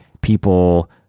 people